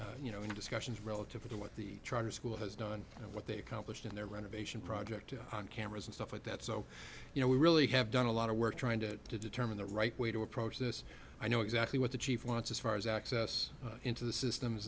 on you know in discussions relative to what the charter school has done and what they accomplished in their renovation project cameras and stuff like that so you know we really have done a lot of work trying to determine the right way to approach this i know exactly what the chief wants as far as access into the systems